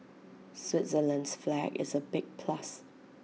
Switzerland's flag is A big plus